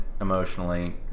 emotionally